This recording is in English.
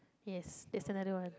yes that's another one